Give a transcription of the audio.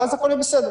ואז הכול יהיה בסדר.